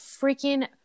freaking